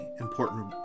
important